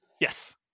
Yes